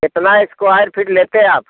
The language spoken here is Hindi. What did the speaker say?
कितना स्क्वेर फीट लेते हैं आप